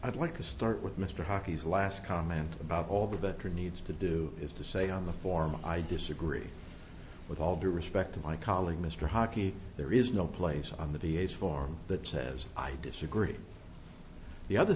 i'd like to start with mr hockey's last comment about all the better needs to do is to say on the form i disagree with all due respect to my colleague mr hockey there is no place on the ph farm that says i disagree the other